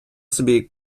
собі